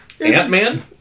Ant-Man